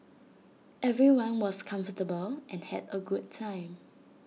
everyone was comfortable and had A good time